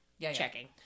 checking